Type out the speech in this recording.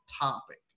topic